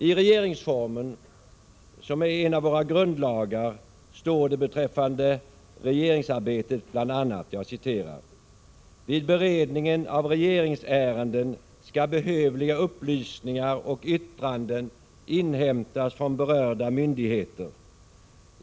I regeringsformen, som är en av våra grundlagar, står det beträffande regeringsarbetet bl.a.: ”Vid beredningen av regeringsärenden skall behövliga upplysningar och yttranden inhämtas från berörda myndigheter.